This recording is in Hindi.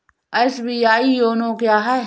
एस.बी.आई योनो क्या है?